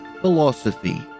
Philosophy